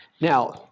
Now